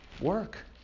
Work